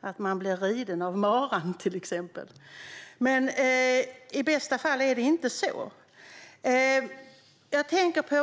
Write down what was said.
vara en mara, till exempel att man blir riden av maran. Men i bästa fall är det inte på det sättet.